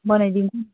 बनाइदिन्छु पनि